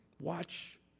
watch